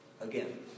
again